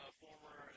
former